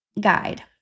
guide